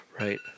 Right